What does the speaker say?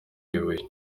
ibuye